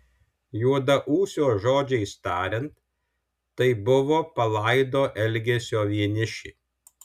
juodaūsio žodžiais tariant tai buvo palaido elgesio vienišė